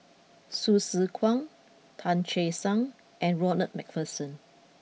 Hsu Tse Kwang Tan Che Sang and Ronald MacPherson